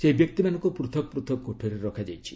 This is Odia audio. ସେହି ବ୍ୟକ୍ତିମାନଙ୍କୁ ପୃଥକ ପୃଥକ କୋଠରୀରେ ରଖାଯାଇଛି